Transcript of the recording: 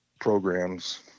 programs